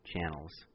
channels